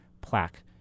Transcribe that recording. plaque